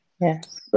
Yes